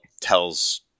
tells